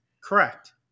Correct